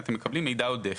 אתם מקבלים מידע עודף.